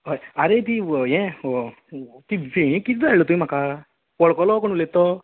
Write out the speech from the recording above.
हय आरे ती ये ये किद धाडलां तुवें म्हाका वळखलो कोण उलयतां तो